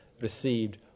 received